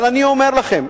אבל אני אומר לכם,